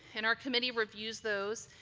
and our committee reviews those